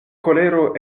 kolero